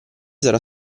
sarà